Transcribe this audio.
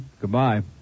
Goodbye